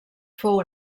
fou